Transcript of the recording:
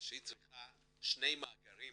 שהיא צריכה שני מאגרים